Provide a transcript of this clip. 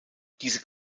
diese